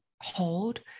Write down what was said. hold